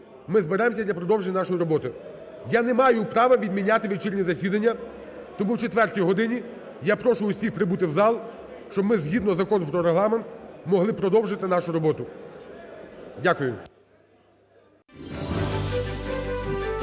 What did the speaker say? ми зберемося для продовження нашої роботи. Я не маю права відміняти вечірнє засідання. Тому о 4-й годині я прошу всіх прибути в зал, щоб ми, згідно Закону про Регламент, могли продовжити нашу роботу. Дякую.